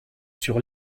sur